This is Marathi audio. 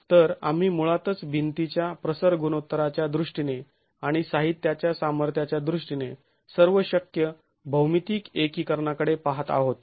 तर आम्ही मुळातच भिंतीच्या प्रसर गुणोत्तराच्या दृष्टीने आणि साहित्याच्या सामर्थ्याच्या दृष्टीने सर्व शक्य भौमितीक एकीकरणाकडे पहात आहोत